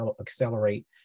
accelerate